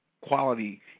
quality